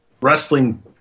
wrestling